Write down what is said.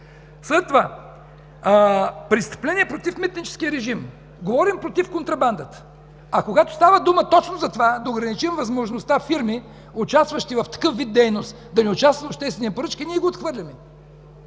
След това: престъпления против митническия режим. А говорим против контрабандата, когато става дума точно за това – да ограничим възможността фирми, участващи в такъв вид дейност, да не участват в обществени поръчки, ние го отхвърляме?